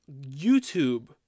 YouTube